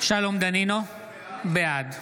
אינו נוכח גדי איזנקוט, אינו נוכח ישראל אייכלר,